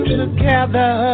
together